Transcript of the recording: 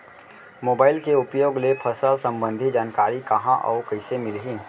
Mobile के उपयोग ले फसल सम्बन्धी जानकारी कहाँ अऊ कइसे मिलही?